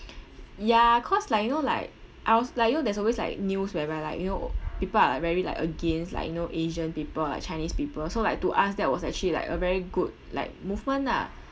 ya cause like you know like I was like you know there's always like news whereby like you know people are very like against like you know asian people or chinese people so like to us that was actually like a very good like movement ah